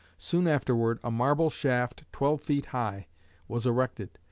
soon afterward a marble shaft twelve feet high was erected,